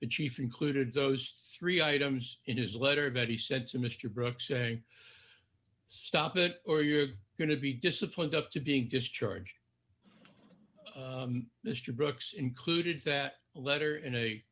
but chief included those three items in his letter that he said to mr brock saying stop it or you're going to be disciplined up to being just charged mr brooks included that letter in a